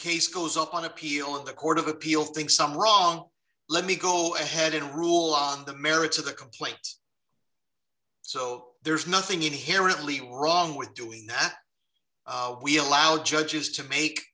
case goes up on appeal of the court of appeal thing some wrong let me go ahead and rule on the merits of the complaints so there's nothing inherently wrong with doing that we allow judges to make